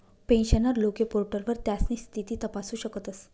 pensioner लोके पोर्टलवर त्यास्नी स्थिती तपासू शकतस